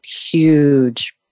huge